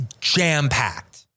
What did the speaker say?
jam-packed